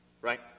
Right